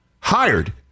hired